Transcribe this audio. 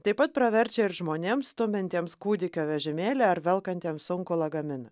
taip pat praverčia ir žmonėms stumiantiems kūdikio vežimėlį ar velkantiems sunkų lagaminą